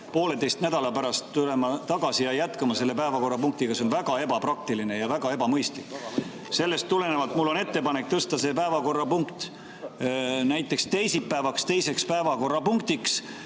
poolteise nädala pärast tulema tagasi ja jätkama selle päevakorrapunktiga. See on väga ebapraktiline ja väga ebamõistlik. Sellest tulenevalt on mul ettepanek tõsta see päevakorrapunkt näiteks teisipäevale teiseks päevakorrapunktiks.